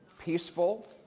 peaceful